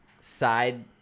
side